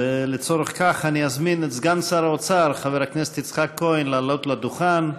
לצורך כך אני אזמין את סגן שר האוצר חבר הכנסת יצחק כהן לעלות לדוכן.